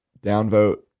downvote